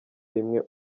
rimwe